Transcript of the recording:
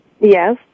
Yes